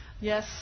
Yes